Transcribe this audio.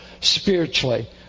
spiritually